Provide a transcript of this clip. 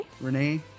Renee